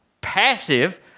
passive